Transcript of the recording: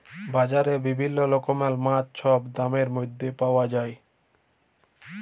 বাজারে বিভিল্ল্য রকমের মাছ ছব দামের ম্যধে পাউয়া যায়